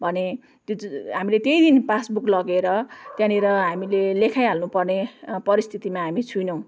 भने त्यो ज् हामीले त्यही दिन पासबुक लगेर त्यहाँनिर हामीले लेखाइहाल्नु पर्ने परिस्थितिमा हामी छनौँ